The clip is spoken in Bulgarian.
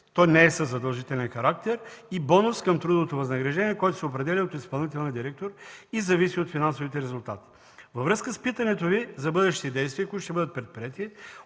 То не е със задължителен характер. Получават и бонус към трудовото възнаграждение, който се определя от изпълнителния директор и зависи от финансовите резултати. Във връзка с питането Ви за бъдещи действия, които ще бъдат предприети